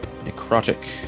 necrotic